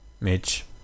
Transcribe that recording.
Mitch